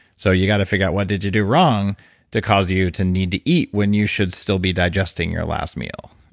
so you got to figure out what did you do wrong to cause you to need to eat when you should still be digesting your last meal?